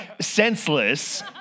senseless